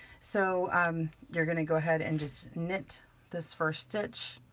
so um you're gonna go ahead and just knit this first stitch